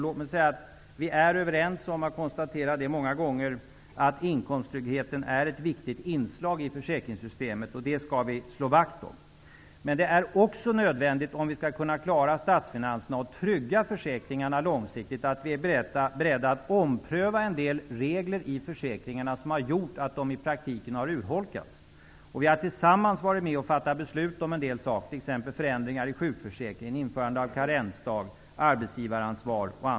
Låt mig säga att vi är överens om -- och har konstaterat det många gånger -- att inkomsttryggheten är ett viktigt inslag i försäkringssystemet, och det skall vi slå vakt om. Men det är också nödvändigt, om vi skall kunna klara statsfinanserna och trygga försäkringarna långsiktigt, att vi är beredda att ompröva en del regler i försäkringarna som har gjort att de i praktiken har urholkats. Vi har tillsammans varit med och fattat beslut om en del saker, t.ex. förändringar i sjukförsäkringen, införande av karensdag och arbetsgivaransvar.